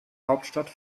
hauptstadt